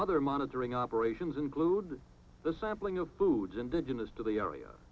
other monitoring operations include the sampling of foods indigenous to the area